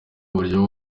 uburyo